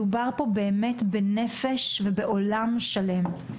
מדובר פה באמת בנפש ובעולם שלם.